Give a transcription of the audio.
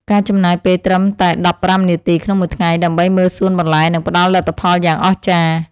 ការចំណាយពេលត្រឹមតែដប់ប្រាំនាទីក្នុងមួយថ្ងៃដើម្បីមើលសួនបន្លែនឹងផ្តល់លទ្ធផលយ៉ាងអស្ចារ្យ។